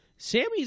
Sammy's